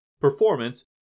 performance